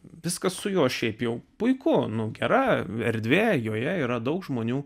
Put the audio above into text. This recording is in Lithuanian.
viskas su juo šiaip jau puiku nu gera erdvė joje yra daug žmonių